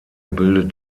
bildet